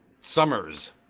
summers